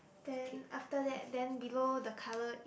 then after that then below the colour is